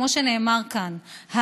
כמו שנאמר כאן,